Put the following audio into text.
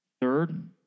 Third